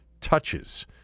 touches